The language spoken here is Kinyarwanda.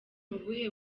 ubuhe